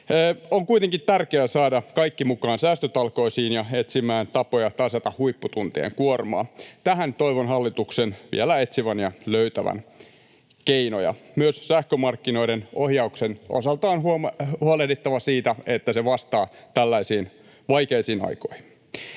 On kuitenkin tärkeää saada kaikki mukaan säästötalkoisiin ja etsimään tapoja tasata huipputuntien kuormaa. Tähän toivon hallituksen vielä etsivän, ja löytävän, keinoja. Myös sähkömarkkinoiden ohjauksen osalta on huolehdittava siitä, että se vastaa tällaisiin vaikeisiin aikoihin.